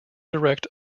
direct